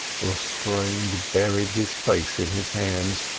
lestrange buried his face in his hands.